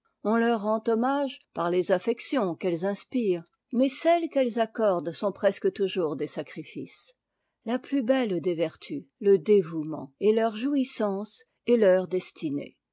on leurrend hommage parles affections qu'ettes inspirent mais celles qu'elles accordent sont presque toujours des sacricces la plus belle des vertus le dévouement est leur jouissance et leur destinée